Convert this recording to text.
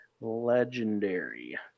legendary